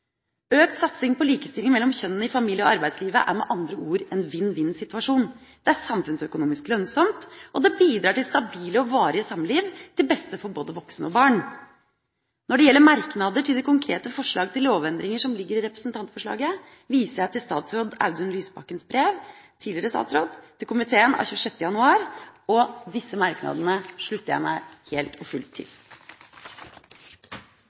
Økt satsing på likestilling mellom kjønnene i familie- og arbeidslivet er med andre ord en vinn-vinn-situasjon – det er samfunnsøkonomisk lønnsomt, og det bidrar til stabile og varige samliv, til beste for både voksne og barn. Når det gjelder merknader til de konkrete forslagene til lovendringer som ligger i representantforslaget, viser jeg til tidligere statsråd Audun Lysbakkens brev til komiteen av 26. januar. Disse merknadene slutter jeg meg helt og fullt til.